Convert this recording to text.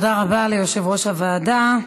תודה רבה ליושב-ראש הוועדה.